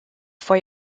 four